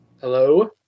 Hello